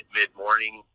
mid-morning